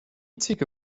cik